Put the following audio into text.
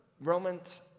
Romans